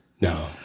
No